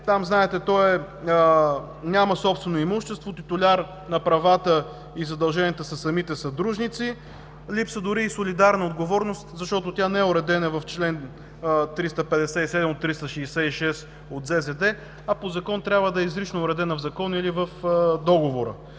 там, знаете, то няма собствено имущество, титуляр на правата и задълженията са самите съдружници. Липсва дори и солидарна отговорност, защото тя не е уредена в чл. 357 – 366 от ЗЗД, а по закон трябва да е изрично уредена в закон или договор.